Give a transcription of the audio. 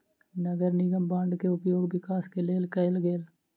नगर निगम बांड के उपयोग विकास के लेल कएल गेल